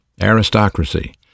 aristocracy